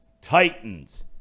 Titans